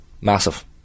Massive